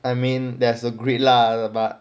I mean there's a greed lah but